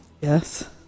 Yes